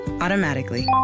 automatically